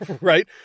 Right